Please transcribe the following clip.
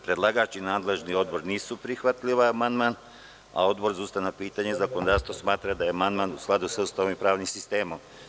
Predlagač i nadležni odbor nisu prihvatili ovaj amandman, a Odbor za ustavna pitanja i zakonodavstvo smatra da je amandman u skladu sa Ustavom i pravnim sistemom.